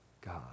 God